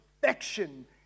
perfection